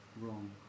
wrong